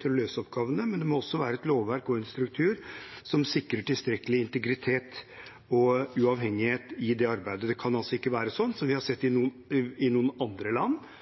til å løse oppgavene, men det må også være et lovverk og en struktur som sikrer tilstrekkelig integritet og uavhengighet i det arbeidet. Det kan altså ikke være sånn som vi har sett i noen andre land,